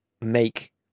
make